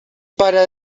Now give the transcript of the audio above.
para